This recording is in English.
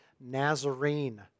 Nazarene